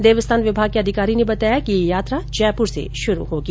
देवस्थान विमाग के अधिकारी ने बताया कि यह यात्रा जयपुर से शुरू होगी